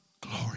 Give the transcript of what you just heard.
Glory